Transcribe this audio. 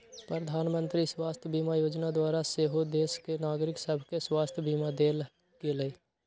प्रधानमंत्री स्वास्थ्य बीमा जोजना द्वारा सेहो देश के नागरिक सभके स्वास्थ्य बीमा देल गेलइ